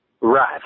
Right